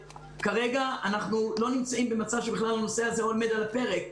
כרגע אנחנו לא נמצאים במצב שבכלל הנושא הזה עומד על הפרק,